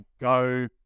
go